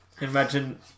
Imagine